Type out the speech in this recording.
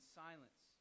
silence